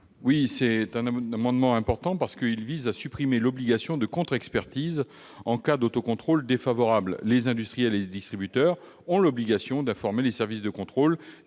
Cet amendement est important, car il vise à supprimer l'obligation de contre-expertise en cas d'autocontrôle défavorable. Les industriels et les distributeurs ont l'obligation d'informer les services de contrôle